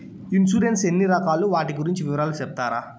Insurance ఎన్ని రకాలు వాటి గురించి వివరాలు సెప్తారా?